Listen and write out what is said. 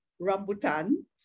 rambutan